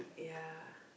ya